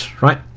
Right